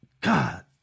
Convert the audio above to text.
God